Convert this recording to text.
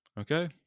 Okay